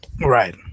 right